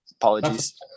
Apologies